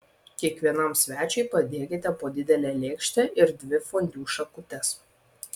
kiekvienam svečiui padėkite po didelę lėkštę ir dvi fondiu šakutes